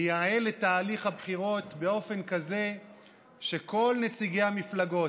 לייעל את תהליך הבחירות באופן כזה שלכל נציגי המפלגות,